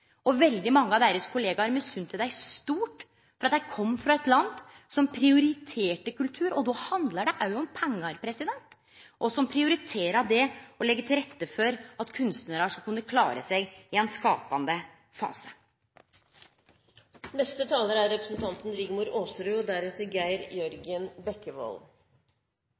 heime. Veldig mange av deira kollegaer misunna dei stort for at dei kom frå eit land som prioriterer kultur – og då handlar det òg om pengar – og som prioriterer det å leggje til rette for at kunstnarar skal kunne klare seg i ein skapande